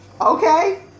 Okay